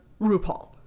RuPaul